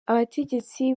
abategetsi